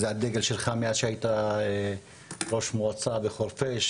זה הדגל שלך מאז שהיית ראש מועצה בחורפיש,